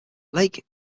lake